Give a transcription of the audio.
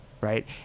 right